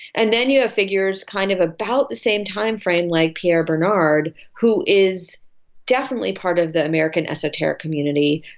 and then you have figures kind of about the same timeframe like pierre bernard who is definitely part of the american esoteric community,